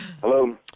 Hello